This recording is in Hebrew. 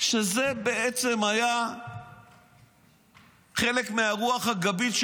שזה בעצם היה חלק מהרוח הגבית,